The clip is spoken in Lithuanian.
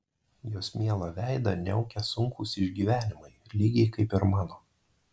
jos mielą veidą niaukia sunkūs išgyvenimai lygiai kaip ir mano